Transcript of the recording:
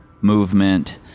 movement